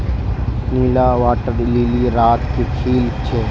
नीला water lily रात के खिल छे